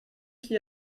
qui